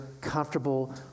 comfortable